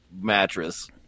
mattress